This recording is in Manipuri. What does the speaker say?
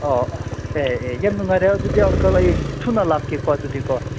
ꯑꯥꯎ ꯑꯦ ꯑꯦ ꯌꯥꯝ ꯅꯨꯡꯉꯥꯏꯔꯦ ꯑꯗꯨꯗꯤ ꯑꯪꯀꯜ ꯑꯩ ꯊꯨꯅ ꯂꯥꯛꯀꯦꯀꯣ ꯑꯗꯨꯗꯤꯀꯣ